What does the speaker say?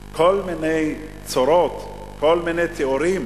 כל מיני צורות, כל מיני תיאורים